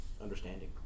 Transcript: understanding